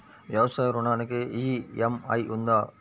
వ్యవసాయ ఋణానికి ఈ.ఎం.ఐ ఉందా?